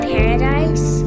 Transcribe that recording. Paradise